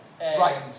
right